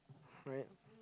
right